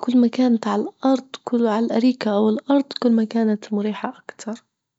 كل ما كانت على الأرض، على الأريكة أو الأرض كل ما كانت مريحة أكتر.